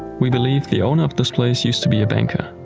we believe the owner of this place used to be a banker.